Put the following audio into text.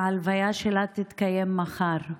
ההלוויה שלה תתקיים מחר.